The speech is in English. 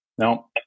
No